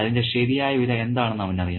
അതിന്റെ ശരിയായ വില എന്താണെന്ന് അവനറിയാം